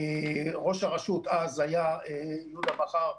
וראש הרשות אז היה יהודה בכר,